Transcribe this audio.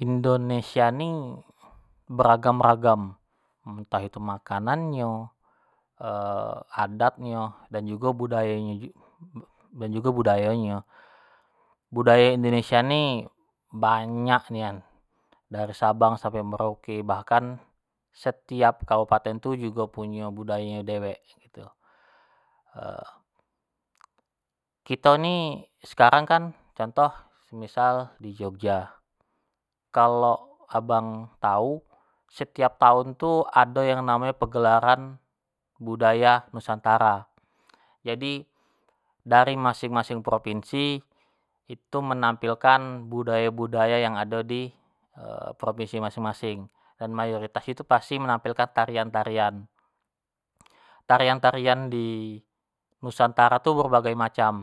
indonesia ni beragam-ragam, entah itu makanannyo, adat nyo, dan budayo nyo ju dan jugo budaya nyo, budaya indonesia ni, banyak nian, dari sabang sampai merauke bahkan setiap kabupaten tu jugo punyo budaya nyo dewek gitu. kito ni sekarang kan contoh misal di jogja, kalo abang tau setiap tahun tu ado yang namonyo pergelaran budaya nusantara, jadi dari masing-masing provinsi itu menampilkan budaya-budaya yang ado di provinsi masing-masing, dan mayoritas tu pasti menampilkan tarian-tarian, tarian-tarian di nusantara tu berbagai macam,